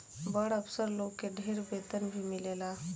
बड़ अफसर लोग के ढेर वेतन भी मिलेला